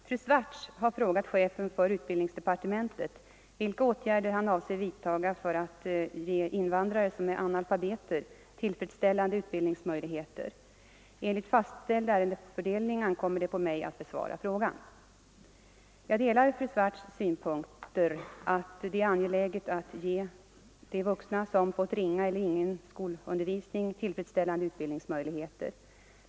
Fru talman! Fru Swartz har frågat chefen för utbildningsdepartementet vilka åtgärder han avser vidtaga för att ge invandrare som är analfabeter tillfredsställande utbildningsmöjligheter. Enligt fastställd ärendefördelning ankommer det på mig att besvara frågan. Jag delar fru Swartz” synpunkter att det är angeläget att ge de vuxna som fått ringa eller ingen skolundervisning tillfredsställande utbildningsmöjligheter.